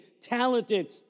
talented